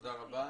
תודה רבה.